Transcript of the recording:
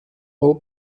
pel